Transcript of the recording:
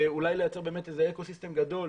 אולי לייצר איזה "אקו-סיסטם" גדול.